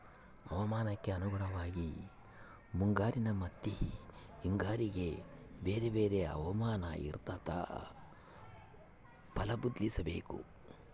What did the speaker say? ಹವಾಮಾನಕ್ಕೆ ಅನುಗುಣವಾಗಿ ಮುಂಗಾರಿನ ಮತ್ತಿ ಹಿಂಗಾರಿಗೆ ಬೇರೆ ಬೇರೆ ಹವಾಮಾನ ಇರ್ತಾದ ಫಲ ಬದ್ಲಿಸಬೇಕು